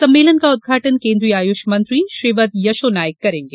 सम्मेलन का उद्घाटन केन्द्रीय आयुष मंत्री श्रीपद यसो नाईक करेंगे